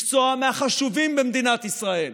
מקצוע מהחשובים במדינת ישראל,